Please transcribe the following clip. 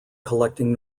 collecting